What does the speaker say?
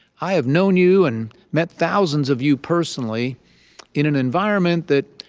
i have known you and met thousands of you personally in an environment that,